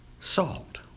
Salt